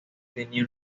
tenía